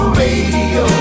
radio